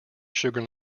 sugar